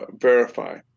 verify